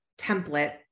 template